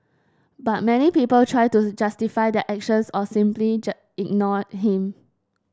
but many people try to justify their actions or simply just ignored him